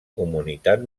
comunitat